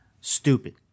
Stupid